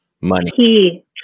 Money